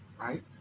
Right